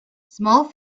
small